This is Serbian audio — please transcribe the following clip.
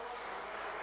Hvala.